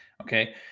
okay